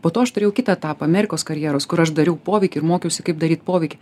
po to aš turėjau kitą etapą amerikos karjeros kur aš dariau poveikį ir mokiausi kaip daryt poveikį